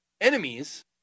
enemies